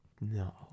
no